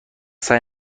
سعی